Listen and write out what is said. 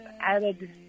added